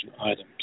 items